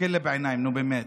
תסתכל לי בעיניים, נו, באמת.